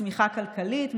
צמיחה כלכלית,